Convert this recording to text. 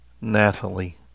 Natalie